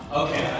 okay